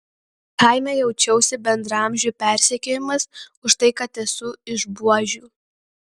kaime jaučiausi bendraamžių persekiojamas už tai kad esu iš buožių